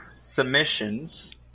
submissions